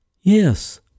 Yes